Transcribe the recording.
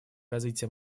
развития